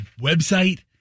website